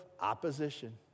opposition